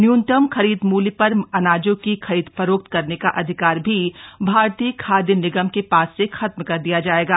न्यूनतम खरीद मूल्य पर अनाजों की खरीद फरोख्त करने का अधिकार भी भारतीय खाद्य निगम के पास से खत्म कर दिया जाएगा